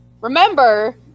remember